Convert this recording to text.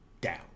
down